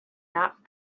not